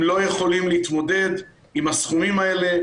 הם לא יכולים להתמודד עם הסכומים האלה.